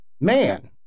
man